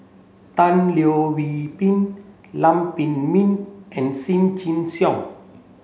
Tan Leo Wee Hin Lam Pin Min and Lim Chin Siong